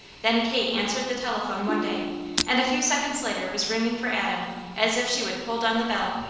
then kate answered the telephone one day and a few seconds later was ringing for adam as if she would pull down the bell.